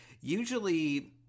usually